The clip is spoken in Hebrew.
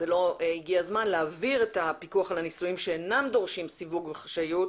ולא הגיע הזמן להעביר את הפיקוח על הניסויים שאינם דורשים סיווג וחשאיות